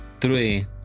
three